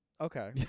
Okay